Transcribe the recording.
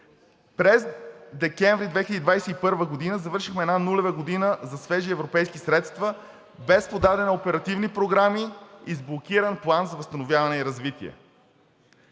През декември 2021 г. завършихме една нулева година за свежи европейски средства без подадени оперативни програми и с блокиран План за възстановяване и развитие.